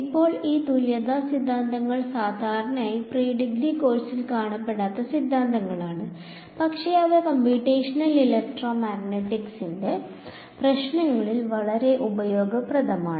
ഇപ്പോൾ ഈ തുല്യതാ സിദ്ധാന്തങ്ങൾ സാധാരണയായി പ്രീഡിഗ്രി കോഴ്സിൽ കാണപ്പെടാത്ത സിദ്ധാന്തങ്ങളാണ് പക്ഷേ അവ കമ്പ്യൂട്ടേഷണൽ പ്രശ്നങ്ങളിൽ വളരെ ഉപയോഗപ്രദമാണ്